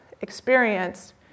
experience